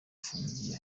ufungiye